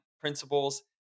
principles